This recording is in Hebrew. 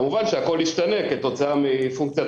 כמובן שהכול ישתנה כתוצאה מפונקציית